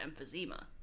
emphysema